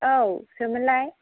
औ सोरमोनलाय